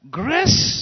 grace